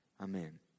Amen